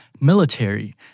military